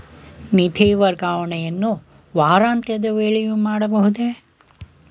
ನಿಧಿ ವರ್ಗಾವಣೆಯನ್ನು ವಾರಾಂತ್ಯದ ವೇಳೆಯೂ ಮಾಡಬಹುದೇ?